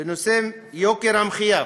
בנושא יוקר המחיה,